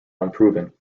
unproven